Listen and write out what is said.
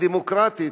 הדמוקרטית,